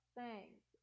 thanks